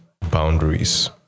boundaries